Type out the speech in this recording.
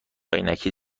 عینکی